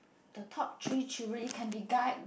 the top three children it can be guy